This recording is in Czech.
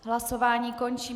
Hlasování končím.